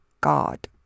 God